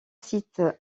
sites